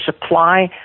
supply